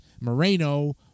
Moreno